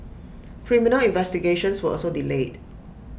criminal investigations were also delayed